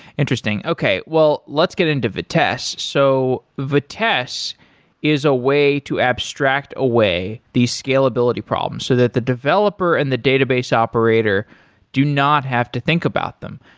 interesting. okay, well let's get into vitess. so vitess is a way to abstract away these scalability problems, so that the developer and the database operator do not have to think about them.